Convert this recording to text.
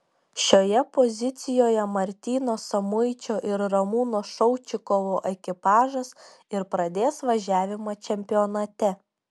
šioje pozicijoje martyno samuičio ir ramūno šaučikovo ekipažas ir pradės važiavimą čempionate